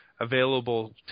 Available